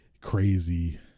crazy